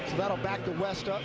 that will back the west up